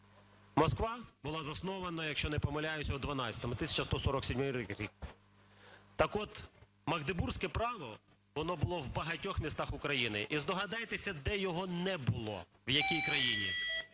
Москва була заснована, якщо я не помиляюсь, у XII, 1147 рік. Так от, Магдебурзьке право було в багатьох містах України. І здогадайтеся, де його не було, в якій країні.